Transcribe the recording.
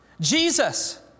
Jesus